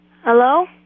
Hello